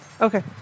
Okay